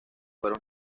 fueron